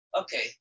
okay